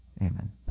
amen